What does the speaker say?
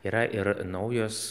yra ir naujos